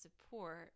support